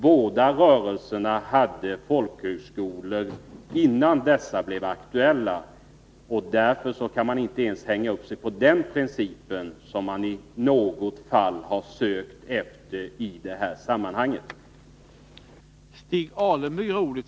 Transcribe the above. Båda rörelserna hade folkhögskolor innan dessa nya blev aktuella, och därför kan man inte ens hänga upp sig på en sådan princip som man i något fall har sökt efter i det här sammanhanget.